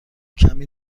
کمی